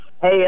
hey